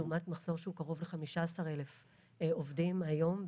לעומת מחסור שקרוב ל-15 אלף עובדים היום,